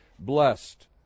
Blessed